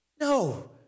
No